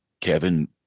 Kevin